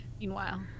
meanwhile